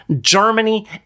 Germany